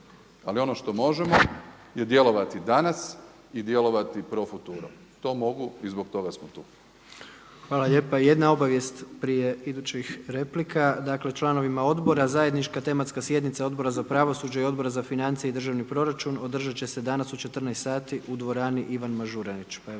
Ali ono što možemo je djelovati danas i djelovati pro futuro. To mogu i zbog toga smo tu. **Jandroković, Gordan (HDZ)** Hvala lijepa. Jedna obavijest prije idućih replika. Dakle, članovima odbora zajednička tematska sjednica Odbora za pravosuđa i Odbora za financije i državni proračun održat će se danas u 14 sati u dvorani Ivan Mažuranić,